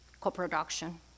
co-production